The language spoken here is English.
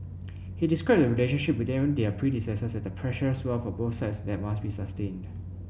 he described the relationship between their predecessors as the precious wealth of both sides that must be sustained